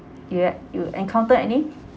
yet you encounter any